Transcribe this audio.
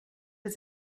was